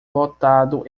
lotado